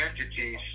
entities